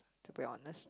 to be honest